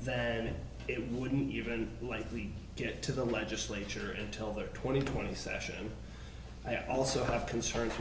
then it wouldn't even likely get to the legislature until they're twenty twenty session and i also have concerns